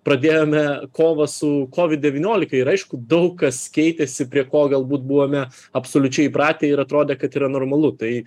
pradėjome kovą su kovid devyniolika ir aišku daug kas keitėsi prie ko galbūt buvome absoliučiai įpratę ir atrodė kad yra normalu tai